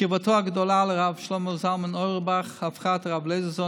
קרבתו הגדולה לרב שלמה זלמן אוירבך הפכה את הרב לייזרזון